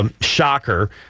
Shocker